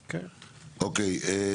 אוקיי.